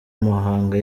muhanga